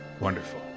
Wonderful